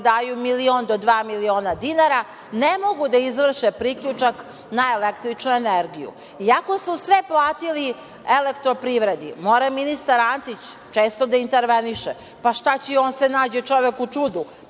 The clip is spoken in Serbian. daju milion do dva miliona dinara, ne mogu da izvrše priključak na električnu energiju, iako su sve platili Elektroprivredi. Mora ministar Antić često da interveniše. Pa šta će i on se nađe čovek u čudu.